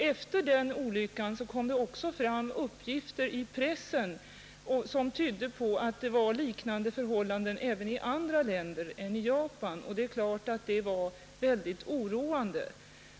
Efter den olyckan lämnades också uppgifter i pressen, som tydde på att liknande förhållanden skulle förekomma även i andra länder än i Japan, och det är klart att detta var mycket oroande.